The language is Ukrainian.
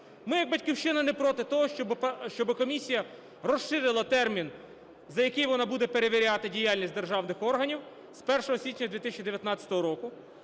Ми як "Батьківщина" не проти того, щоб комісія розширила термін, за який вона буде перевіряти діяльність державних органів з 1 січня 2019 року.